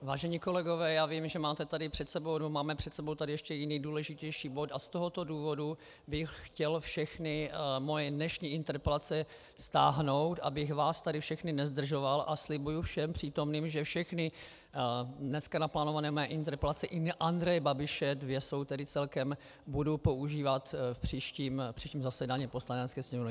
Vážení kolegové, já vím, že máme tady před sebou ještě jiný důležitější bod, a z tohoto důvodu bych chtěl všechny moje dnešní interpelace stáhnout, abych vás tady všechny nezdržoval, a slibuji všem přítomným, že všechny dneska naplánované moje interpelace, i na Andreje Babiše, dvě jsou tedy celkem, budu používat v příštím zasedání Poslanecké sněmovny.